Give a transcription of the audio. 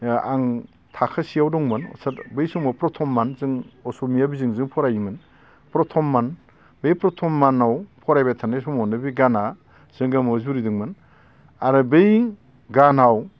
आं थाखोसेयाव दंमोन बै समाव प्रतममोन जों असमिया बिजोंजों फरायोमोन प्रतममोन बे प्रतम मानाव फरायबाय थानाय समावनो बे गाना जों गामियाव जुरिदोंमोन आरो बै गानाव